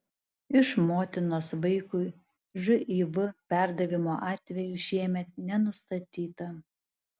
iš motinos vaikui živ perdavimo atvejų šiemet nenustatyta